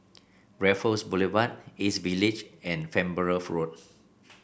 Raffles Boulevard East Village and Farnborough Road